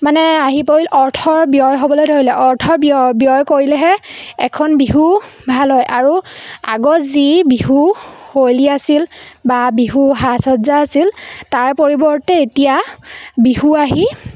মানে আহি পৰিল অৰ্থৰ ব্যয় হ'বলৈ ধৰিলে অৰ্থৰ ব্যয় ব্যয় কৰিলেহে এখন বিহু ভাল হয় আৰু আগত যি বিহু শৈলী আছিল বা বিহু সাজ সজ্জা আছিল তাৰ পৰিৱৰ্তে এতিয়া বিহু আহি